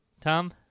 Tom